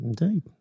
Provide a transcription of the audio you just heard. Indeed